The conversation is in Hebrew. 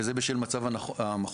וזה בשל מצב המכון.